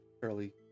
fairly